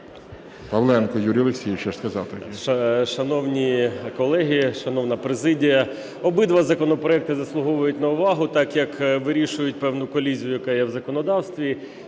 ПАВЛЕНКО Ю.О. Шановні колеги, шановна президія, обидва законопроекти заслуговують на увагу, так як вирішують певну колізію, яка є в законодавстві,